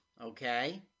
okay